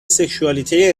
سکشوالیته